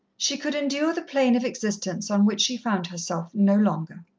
she could endure the plane of existence on which she found herself no longer.